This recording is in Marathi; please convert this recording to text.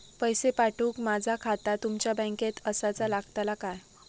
पैसे पाठुक माझा खाता तुमच्या बँकेत आसाचा लागताला काय?